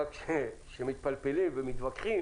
אבל כשמתפלפלים ומתווכחים